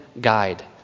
guide